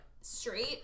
Straight